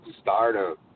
stardom